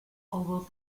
although